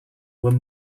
were